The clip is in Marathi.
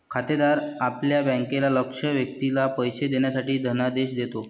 खातेदार आपल्या बँकेला लक्ष्य व्यक्तीला पैसे देण्यासाठी धनादेश देतो